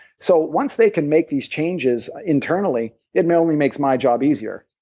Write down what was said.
so once they can make these changes internally, it mentally makes my job easier.